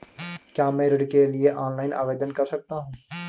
क्या मैं ऋण के लिए ऑनलाइन आवेदन कर सकता हूँ?